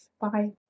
Bye